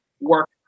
work